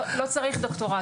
לא צריך דוקטורט.